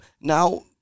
Now